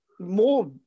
more